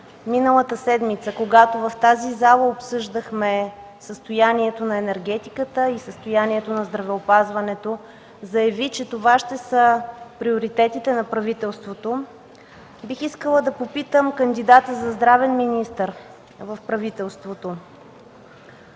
миналата седмица, когато в тази зала обсъждахме състоянието на енергетиката, състоянието на здравеопазването заяви, че това ще са приоритетите на правителството, бих искала да попитам кандидата за здравен министър за неговите